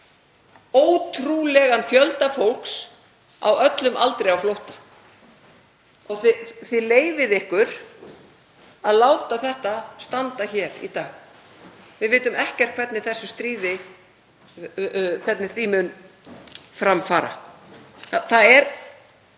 ótrúlegan fjölda fólks á öllum aldri á flótta og þið leyfið ykkur að láta þetta standa hér í dag. Við vitum ekkert hvernig þessu stríði mun vinda fram. Okkur